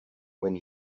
when